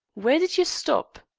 where did you stop?